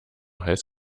heiß